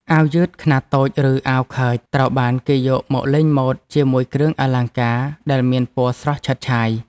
អាវយឺតខ្នាតតូចឬអាវខើចត្រូវបានគេយកមកលេងម៉ូដជាមួយគ្រឿងអលង្ការដែលមានពណ៌ស្រស់ឆើតឆាយ។